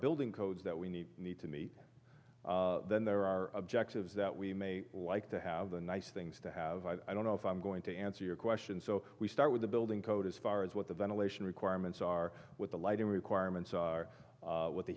building codes that we need need to meet then there are objectives that we may like to have the nice things to have i don't know if i'm going to answer your question so we start with the building code as far as what the ventilation requirements are with the lighting requirements are